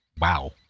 wow